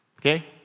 Okay